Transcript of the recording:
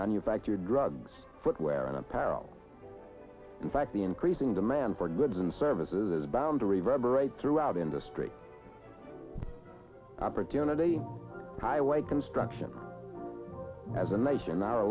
manufactured drugs footwear and apparel in fact the increasing demand for goods and services boundary rubbermaid throughout industry opportunity highway construction as a nation our